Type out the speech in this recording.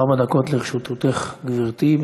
ארבע דקות לרשותך, גברתי.